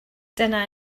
dyna